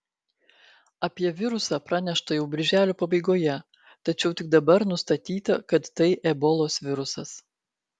apie virusą pranešta jau birželio pabaigoje tačiau tik dabar nustatyta kad tai ebolos virusas